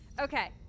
Okay